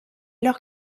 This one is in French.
leurs